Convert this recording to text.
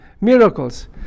miracles